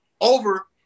over